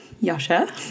Yasha